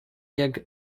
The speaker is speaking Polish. jak